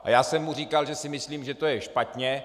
A já jsem mu říkal, že si myslím, že to je špatně.